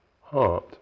heart